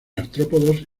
artrópodos